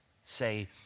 say